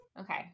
Okay